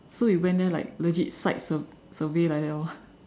so you went there like legit site sur~ survey like that lor